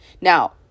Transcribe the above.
Now